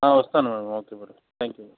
వస్తాను madam okay madam thank you madam